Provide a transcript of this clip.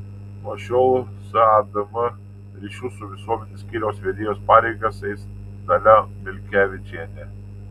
nuo šiol sadm ryšių su visuomene skyriaus vedėjos pareigas eis dalia milkevičienė